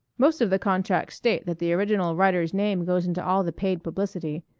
most of the contracts state that the original writer's name goes into all the paid publicity.